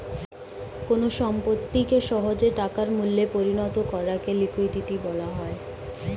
কোন সম্পত্তিকে সহজে টাকার মূল্যে পরিণত করাকে লিকুইডিটি বলা হয়